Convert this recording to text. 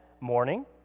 morning